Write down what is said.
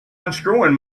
unscrewing